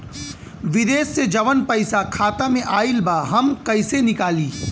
विदेश से जवन पैसा खाता में आईल बा हम कईसे निकाली?